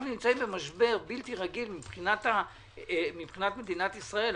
אנחנו נמצאים במשבר בלתי רגיל מבחינת מדינת ישראל.